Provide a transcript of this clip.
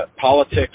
politics